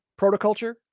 protoculture